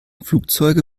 flugzeuge